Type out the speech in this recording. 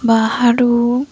ବାହାରୁ